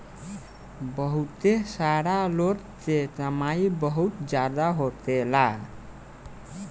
बहुते सारा लोग के कमाई बहुत जादा होखेला